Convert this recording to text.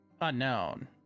Unknown